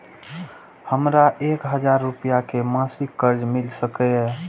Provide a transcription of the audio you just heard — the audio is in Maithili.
हमरा एक हजार रुपया के मासिक कर्ज मिल सकिय?